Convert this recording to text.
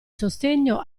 sostegno